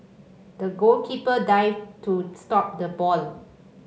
the goalkeeper dived to stop the ball